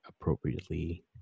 appropriately